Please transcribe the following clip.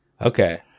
Okay